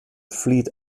fleet